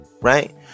right